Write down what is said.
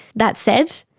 that said,